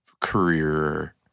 career